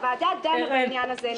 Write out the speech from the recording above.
הוועדה דנה בעניין הזה,